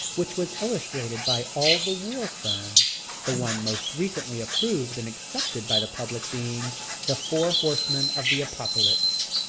which was illustrated by all the war films, the one most recently approved and accepted by the public being the four horsemen of the apocalypse.